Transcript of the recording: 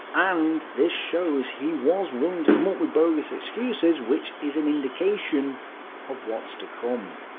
and this shows he was willing to come up with bogus excuses, which is an indication of what's to come.